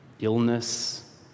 illness